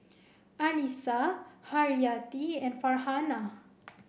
Alyssa Haryati and Farhanah